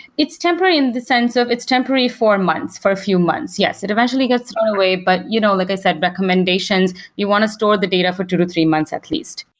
it's temporary in the sense of it's temporary for months, for a few months. yes, it eventually gets thrown away, but you know like i said, recommendations, you want to store the data for two to three months at least.